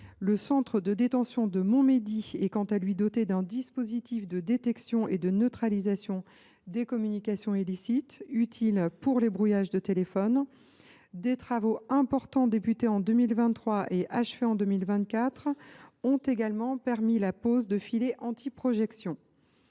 Le centre de détention de Montmédy est quant à lui doté d’un dispositif de détection et de neutralisation des communications illicites, utile pour les brouillages de téléphones. Des travaux importants commencés en 2023 et achevés en 2024 ont également permis la pose de filets anti projections.